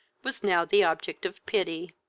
was now the object of pity.